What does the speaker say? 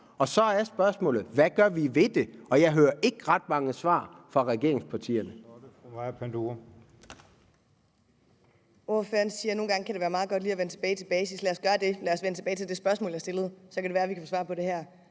Så er spørgsmålet: Hvad gør vi ved det? Og jeg hører ikke ret mange svar fra regeringspartierne.